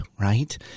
right